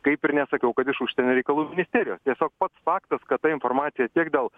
kaip ir nesakiau kad iš užsienio reikalų ministerijos tiesiog pats faktas kad ta informacija tiek dėl